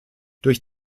durch